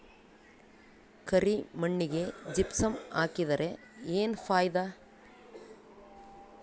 ಕರಿ ಮಣ್ಣಿಗೆ ಜಿಪ್ಸಮ್ ಹಾಕಿದರೆ ಏನ್ ಫಾಯಿದಾ?